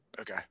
Okay